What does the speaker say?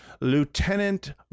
lieutenant